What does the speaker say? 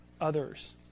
others